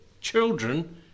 children